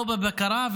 לא בבקרה,